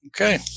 Okay